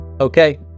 Okay